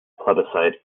plebiscite